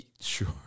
Sure